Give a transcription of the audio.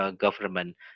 Government